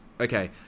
okay